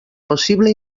possible